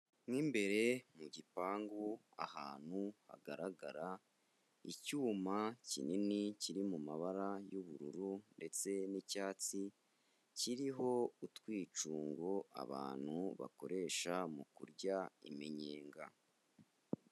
Mo imbere mu gipangu ahantu hagaragara, icyuma kinini kiri mu mabara y'ubururu ndetse n'icyatsi kiriho utwicungo abantu bakoresha mu kurya iminyenga.